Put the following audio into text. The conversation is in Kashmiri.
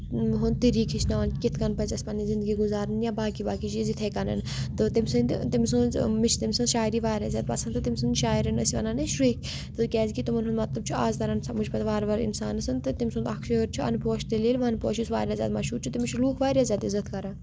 ہُند طریٖقہٕ ہٮ۪چھناوان کِتھ کٔنۍ پَزِ اَسہِ پَنٕنۍ زندگی گُزارٕنۍ یا باقٕے باقٕے چیٖز یِتھٕے کَنن تہٕ تٔمۍ سٕنز مےٚ چھِ تٔمۍ سٕنز شاعری واریاہ زیادٕ پسند تہٕ تٔمۍ سُند شاعرَن ٲسۍ وَنان أسۍ شرہہِ کیازِ کہِ تِمن ہُند مطلب چھُ آز تران سَمجھ وارٕ وارٕ اِنسانَس تہٕ تٔمۍ سُند اکھ شیر چھُ ان پوس تیلہِ وَن پوش یُس واریاہ زیادٕ مَشہوٗر چھُ تٔمِس چھِ لوٗکھ واریاہ زیادٕ عِزت کران